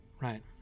right